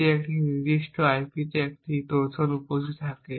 যেটি যদি এই নির্দিষ্ট আইপিতে একটি ট্রোজান উপস্থিত থাকে